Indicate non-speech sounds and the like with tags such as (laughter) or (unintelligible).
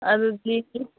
ꯑꯗꯨꯗꯤ (unintelligible)